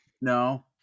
No